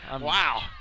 Wow